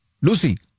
Lucy